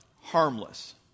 harmless